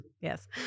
Yes